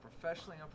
professionally